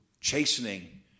Chastening